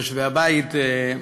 יושבי הבית,